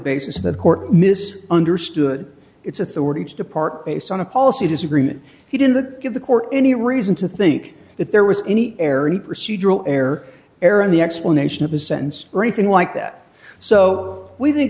basis of the court mis understood its authority to depart based on a policy disagreement he didn't give the court any reason to think that there was any error procedural error error in the explanation of a sentence or anything like that so we think